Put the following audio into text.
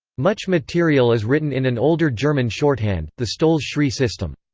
much material is written in an older german shorthand, the stolze-schrey system.